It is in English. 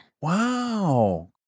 Wow